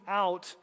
out